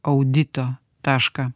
audito tašką